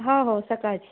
हो हो सकाळची